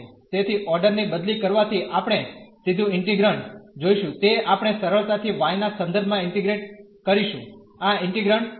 તેથી ઓર્ડર ની બદલી કરવાથી આપણે સીધું ઇન્ટીગ્રન્ડ જોઈશું તે આપણે સરળતા થી y ના સંદર્ભ માં ઇન્ટીગ્રેટ કરીશું આ ઇન્ટીગ્રન્ડ છે